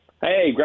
Hey